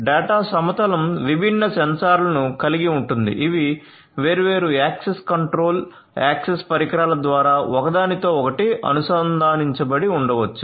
data సమతలం విభిన్న సెన్సార్లను కలిగి ఉంటుంది ఇవి వేర్వేరు యాక్సెస్ కంట్రోల్ యాక్సెస్ పరికరాల ద్వారా ఒకదానితో ఒకటి అనుసంధానించబడి ఉండవచ్చు